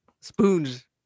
spoons